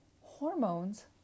Hormones